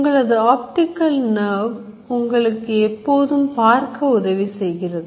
உங்களது Optical Nerve உங்களுக்கு எப்போதும் பார்க்க உதவி செய்கிறது